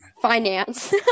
finance